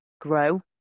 grow